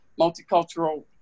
Multicultural